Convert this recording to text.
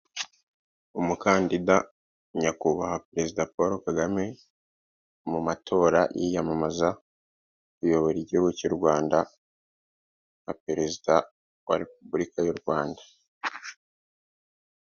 Umukandida nyakubahwa perezida Paul KAGAME mu matora yiyamamaza kuyobora igihugu cy'uRwanda nka perezida wa repubulika y'uRwanda.